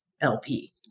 LP